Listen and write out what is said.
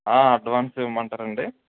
advance ఇవ్వమంటారా అండి